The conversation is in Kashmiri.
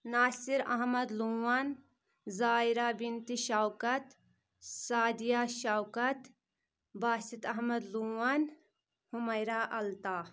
ناصِر احمد لون زایِرا بِنتِ شوکَت سادِیا شوکَت باسِط احمد لون ہُمیرا اَلطاح